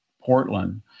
Portland